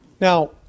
Now